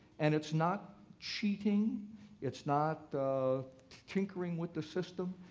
and it's not cheating it's not tinkering with the system.